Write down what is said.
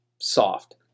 soft